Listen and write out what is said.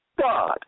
God